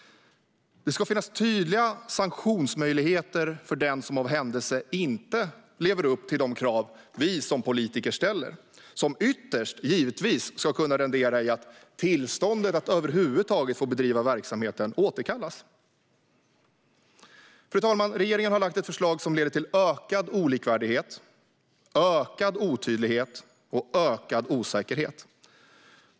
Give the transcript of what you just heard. Det ska finnas tydliga sanktionsmöjligheter mot den som av händelse inte lever upp till de krav som vi som politiker ställer. Det ska ytterst givetvis kunna rendera att tillståndet att över huvud taget få bedriva verksamheten återkallas. Fru talman! Regeringen har lagt fram ett förslag som leder till ökad olikvärdighet, ökad otydlighet och ökad osäkerhet.